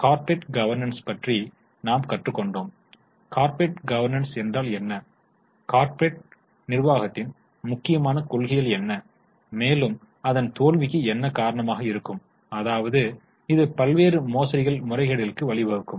corporate governance பற்றி நாம் கற்றுக் கொண்டோம் கார்ப்பரேட் கோவெர்னன்ஸ் என்றால் என்ன கார்ப்பரேட் நிர்வாகத்தின் முக்கியமான கொள்கைகள் என்ன மேலும் அதன் தோல்விக்கு என்ன காரணமாக இருக்கும் அதாவது இது பல்வேறு மோசடிகள் முறைகேடுகளுக்கு வழிவகுக்கும்